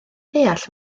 ddeall